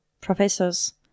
professors